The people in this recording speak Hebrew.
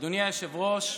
אדוני היושב-ראש,